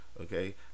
Okay